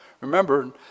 Remember